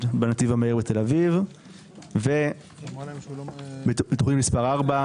בנתיב המהיר בתל אביב ותוכנית מס' 4,